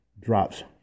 drops